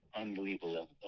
unbelievable